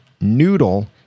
NOODLE